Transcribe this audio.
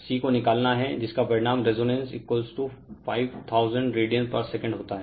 C को निकालना है जिसका परिणाम रेजोनेंस 5000 रेडियन पर सेकंड होता है